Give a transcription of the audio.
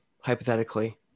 hypothetically